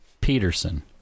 Peterson